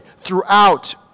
throughout